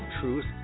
Truth